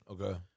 Okay